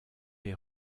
est